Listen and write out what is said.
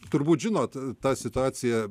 turbūt žinot tą situaciją